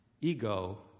ego